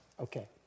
Okay